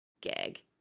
gag